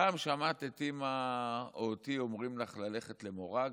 פעם שמעת את אימא או אותי אומרים לך ללכת למורג?